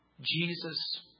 Jesus